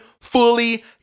fully